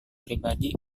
pribadi